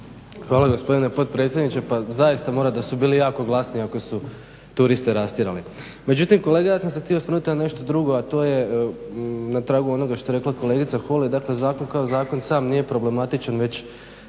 Hvala gospodine potpredsjedniče. Pa zaista mora da su bili jako glasni ako su turiste rastjerali. Međutim, kolega ja sam se htio osvrnut na nešto drugo, a to je na tragu onoga što je rekla kolegica Holy dakle zakon kao zakon sam nije sam problematičan, već